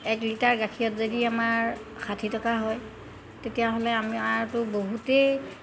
এক লিটাৰ গাখীৰত যদি আমাৰ ষাঠি টকা হয় তেতিয়াহ'লে আমাৰটো বহুতেই